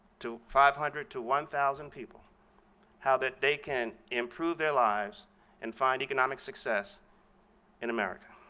to five hundred, to one thousand people how that they can improve their lives and find economic success in america.